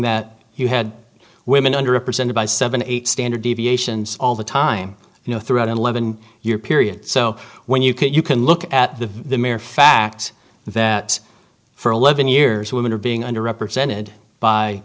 that you had women under represented by seven eight standard deviations all the time you know throughout an eleven year period so when you can you can look at the mere fact that for eleven years women are being under represented